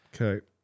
Okay